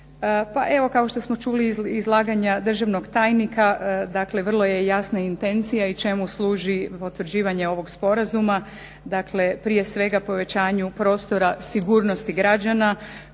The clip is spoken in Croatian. evo, kao što smo čuli iz izlaganja državnog tajnika vrlo je jasna intencija i čemu služi potvrđivanje ovog sporazuma, dakle prije svega povećanju prostora sigurnosti građana